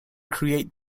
create